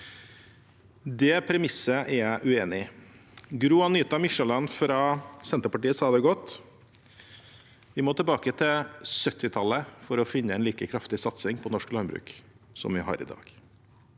Det premisset er jeg uenig i. Gro-Anita Mykjåland fra Senterpartiet sa det godt: Vi må tilbake til 1970-tallet for å finne en like kraftig satsing på norsk landbruk som vi har i dag.